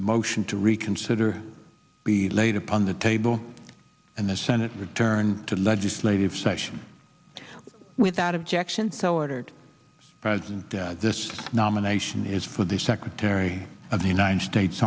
the motion to reconsider be laid upon the table and the senate return to legislative session without objection so ordered present this nomination is for the secretary of the united states